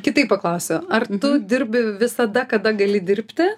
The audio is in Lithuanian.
kitaip paklausiau ar tu dirbi visada kada gali dirbti